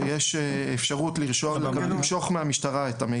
יש אפשרות למשוך את המידע מהמשטרה.